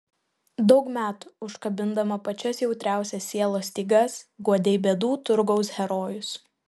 daug metų užkabindama pačias jautriausias sielos stygas guodei bėdų turgaus herojus